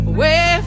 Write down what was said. Away